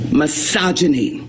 misogyny